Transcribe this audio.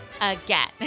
again